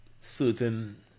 certain